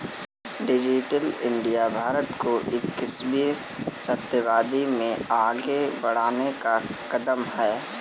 digital India Bharat को इक्कीसवें शताब्दी में आगे बढ़ने का कदम है